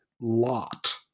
lot